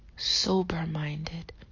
sober-minded